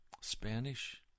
Spanish